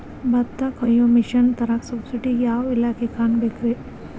ಭತ್ತ ಕೊಯ್ಯ ಮಿಷನ್ ತರಾಕ ಸಬ್ಸಿಡಿಗೆ ಯಾವ ಇಲಾಖೆ ಕಾಣಬೇಕ್ರೇ?